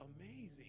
amazing